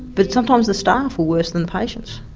but sometimes the staff were worse that the patients,